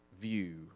view